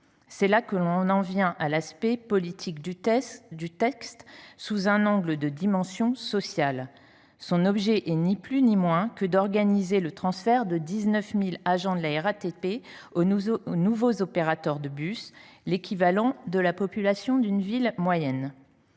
possible. J’en viens à l’aspect politique du texte, sous l’angle de sa dimension sociale. Son objet est ni plus ni moins que d’organiser le transfert de 19 000 agents de la RATP aux nouveaux opérateurs de bus, soit l’équivalent de la population d’une ville moyenne.